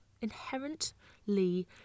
inherently